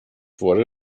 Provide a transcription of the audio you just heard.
wurde